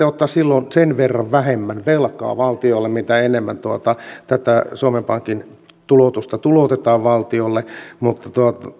ottaa sen verran vähemmän velkaa valtiolle mitä enemmän tästä suomen pankin tuloksesta tuloutetaan valtiolle